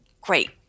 Great